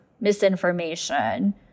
misinformation